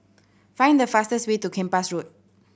find the fastest way to Kempas Road